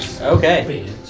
Okay